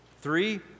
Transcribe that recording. Three